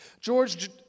George